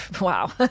Wow